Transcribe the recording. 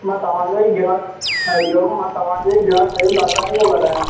मां तव्हांजो ई गिराक हरिओम मां तव्हांजो ई गिराक मयूर लालवानी पियो ॻाल्हायां